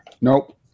Nope